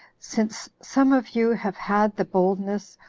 since some of you have had the boldness,